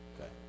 Okay